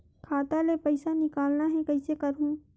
खाता ले पईसा निकालना हे, कइसे करहूं?